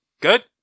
Good